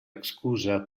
excusa